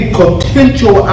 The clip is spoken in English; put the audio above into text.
potential